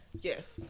Yes